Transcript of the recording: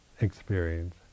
experience